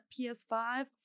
ps5